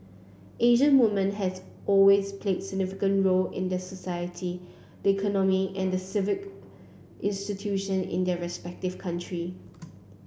Asian woman has always plays a significant role in this society the economy and civic institution in their respective country